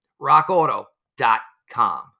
RockAuto.com